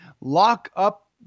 lock-up